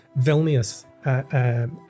Vilnius